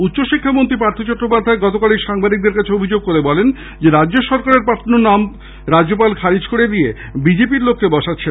উচ্চ শিক্ষামন্ত্রী পার্থ চট্টোপাধ্যায় তগকালই সাংবাদিকদের কাছে অভিযোগ করে বলেন রাজ্য সরাকের পাঠানো নাম রাজ্যপাল খারিজ করে দিয়ে বিজেপি র লোককে বসাচ্ছেন